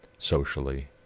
socially